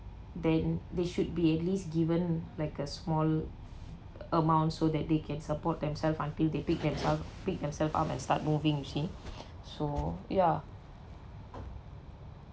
then they should be at least given like a small amount so that they can support themselves until they pick themselves pick themselves up and start moving you see so ya